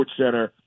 SportsCenter